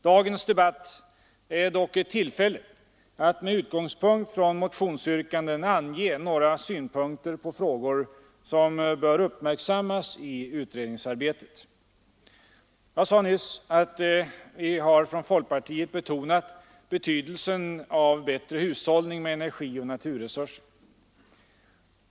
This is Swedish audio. Dagens debatt ger dock ett tillfälle att med utgångspunkt i motionsyrkanden anlägga några synpunkter på frågor som bör uppmärksammas i utredningsarbetet. Jag sade nyss att vi från folkpartiet betonat betydelsen av bättre hushållning med energi och naturresurser.